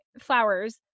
flowers